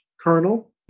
colonel